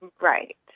Right